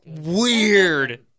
weird